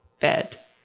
bed